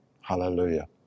Hallelujah